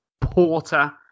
porter